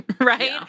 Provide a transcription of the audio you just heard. Right